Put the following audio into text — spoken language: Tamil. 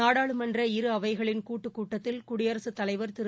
நாடாளுமன்ற இரு அவைகளின் கூட்டுக்கூட்டத்தில் குடியரகத்தலைவர் திரு